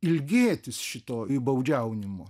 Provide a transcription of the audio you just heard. ilgėtis šito įbaudžiaunimo